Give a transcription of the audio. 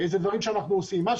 אלה דברים שאנחנו עושים.